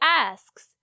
asks